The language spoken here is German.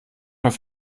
auf